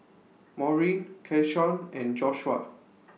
Maurine Keshawn and Joshuah